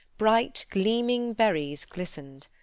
bright gleaming berries glistened.